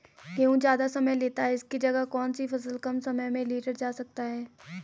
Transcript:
गेहूँ ज़्यादा समय लेता है इसकी जगह कौन सी फसल कम समय में लीटर जा सकती है?